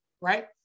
right